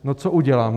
No, co udělám?